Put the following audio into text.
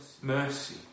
mercy